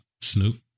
Snoop